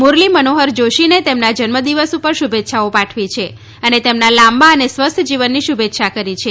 મુરલી મનોહર જોશીને તેમના જન્મદિવસ પર શુભેચ્છા પાઠવી છે અને તેમના લાંબા અને સ્વસ્થ જીવનની શુભેચ્છા પાઠવી છે